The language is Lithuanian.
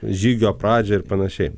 žygio pradžią ir panašiai